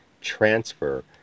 transfer